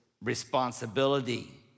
responsibility